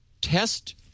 test